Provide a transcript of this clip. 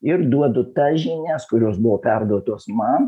ir duodu tas žinias kurios buvo perduotos man